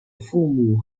父母